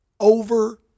over